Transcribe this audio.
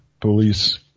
police